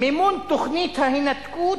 מימון תוכנית ההינתקות,